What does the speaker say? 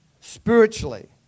spiritually